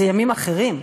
זה ימים אחרים,